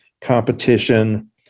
competition